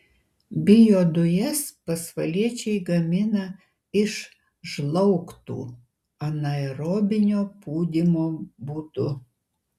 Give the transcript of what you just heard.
biodujas pasvaliečiai gamina iš žlaugtų anaerobinio pūdymo būdu